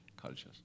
cultures